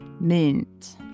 mint